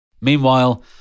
Meanwhile